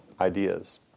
ideas